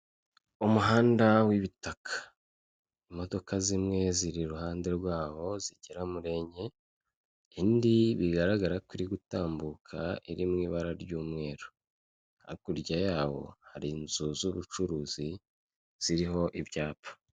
Umuhanda w'ibitaka. Imodoka zimwe ziri iruhande rwawo, zigera muri enye, indi bigaragara ko iri gutambuka, iri mu ibara ry'umweru. Hakurya yawo, hari inzu z'ubucuruzi, ziriho ibyapa.